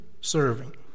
serving